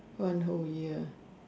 one whole year